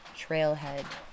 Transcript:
trailhead